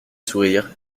sourire